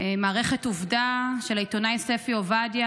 מערכת עובדה של העיתונאי ספי עובדיה,